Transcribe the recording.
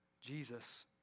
Jesus